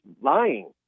lying